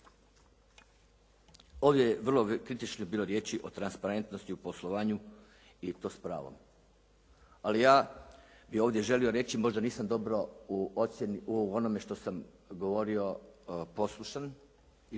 Ovdje je vrlo kritično bilo riječi o transparentnosti u poslovanju i to s pravom. Ali ja bih ovdje želio reći, možda nisam dobro u ocjeni, u onome što sam govorio poslušan i ili